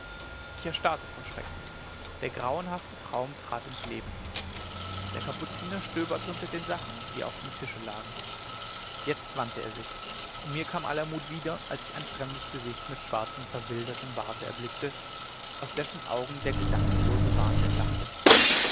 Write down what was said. ich erstarrte vor schreck der grauenhafte traum trat ins leben der kapuziner stöberte unter den sachen die auf dem tische lagen jetzt wandte er sich und mir kam aller mut wieder als ich ein fremdes gesicht mit schwarzem verwildertem barte erblickte aus dessen augen der gedankenlose wahnsinn lachte